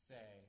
Say